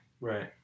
Right